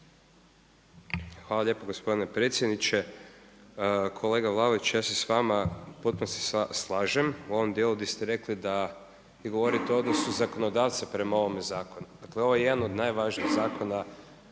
Hvala lijepo gospodine predsjedniče. Kolega Vlaović ja se s vama u potpunosti slažem u ovom dijelu da ste rekli da vi govorite o odnosu zakonodavca prema ovome zakonu. Dakle ovo je jedan od najvažnijih zakona